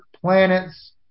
planets